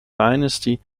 dynasty